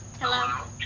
Hello